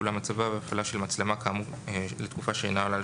ואולם הצבה והפעלה של מצלמה כאמור לתקופה שאינה עולה על